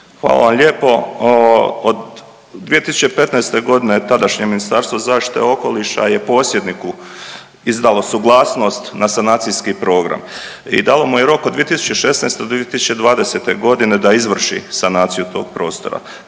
Hvala vam lijepo. Od 2015.g. tadašnje Ministarstvo zaštite okoliša je posjedniku izdalo suglasnost na sanacijski program i dalo mu je rok od 2016. do 2020.g. da izvrši sanaciju tog prostora,